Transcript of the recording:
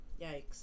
Yikes